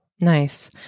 Nice